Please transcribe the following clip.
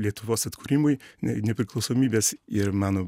lietuvos atkūrimui ne nepriklausomybės ir mano